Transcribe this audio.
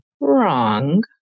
wrong